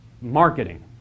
marketing